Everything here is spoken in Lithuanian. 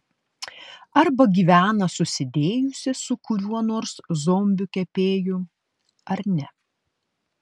arba gyvena susidėjusi su kuriuo nors zombiu kepėju ar ne